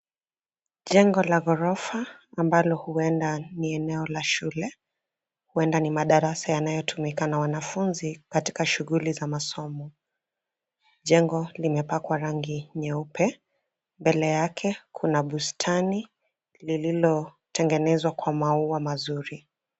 Jengo la ghorofa, ambalo huenda ni eneo la shule, huenda ni madarasa yanayotumika na wanafunzi, katika shughuli za masomo. Jengo limepakwa rangi nyeupe, mbele yake, kuna bustani lililotengenezwa kwa maua mazuri.